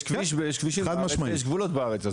יש כביש ויש כבישים ויש גבולות בארץ,